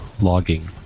logging